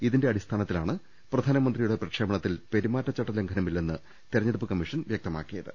ഇതിന്റെ അടിസ്ഥാനത്തിലാണ് പ്രധാനമന്ത്രിയുടെ പ്രക്ഷേപണത്തിൽ പ്പെരുമാറ്റച്ചട്ട ലംഘനമില്ലെന്ന് തെരഞ്ഞെടുപ്പ് കമ്മീഷൻ വ്യക്തമാക്കിയത്